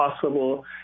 possible